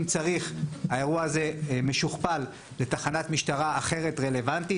אם צריך האירוע הזה משוכפל לתחנת משטרה אחרת רלוונטית,